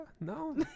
no